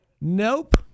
nope